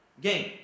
game